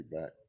back